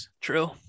True